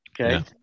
Okay